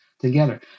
together